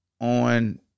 on